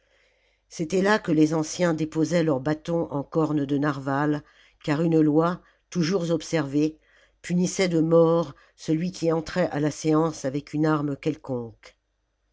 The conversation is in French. c'était là que les anciens déposaient leurs bâtons en corne de narval car une loi toujours observée punissait de mort celui qui entrait à la séance avec une arme quelconque